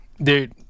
Dude